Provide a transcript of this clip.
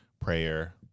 Prayer